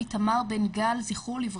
תא"ל אריאלה בן אברהם.